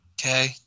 Okay